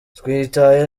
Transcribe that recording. twitwaye